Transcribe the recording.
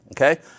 okay